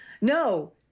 no